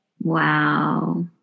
Wow